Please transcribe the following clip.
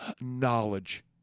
knowledge